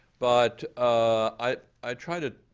but ah i i try to